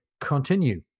continue